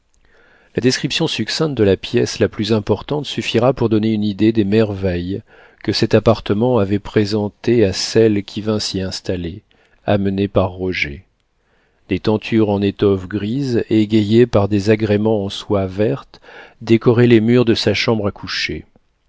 la description succincte de la pièce la plus importante suffira pour donner une idée des merveilles que cet appartement avait présentées à celle qui vint s'y installer amenée par roger des tentures en étoffe grise égayées par des agréments en soie verte décoraient les murs de sa chambre à coucher